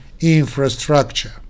Infrastructure